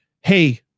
hey